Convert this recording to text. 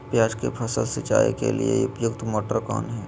प्याज की फसल सिंचाई के लिए उपयुक्त मोटर कौन है?